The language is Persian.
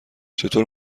چطور